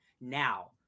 now